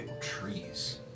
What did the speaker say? trees